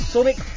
Sonic